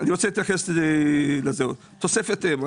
תוספת אם.